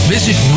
Visit